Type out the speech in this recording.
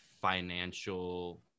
financial